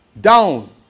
down